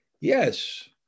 yes